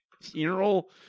Funeral